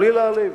בלי להעליב.